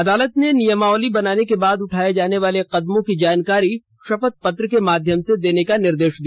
अदालत ने नियमावली बनने के बाद उठाए जाने वाले कदमों की जानकारी शपथ पत्र के माध्यम से देने का निर्देश दिया